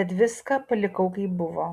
tad viską palikau kaip buvo